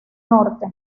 norte